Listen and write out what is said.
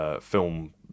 Film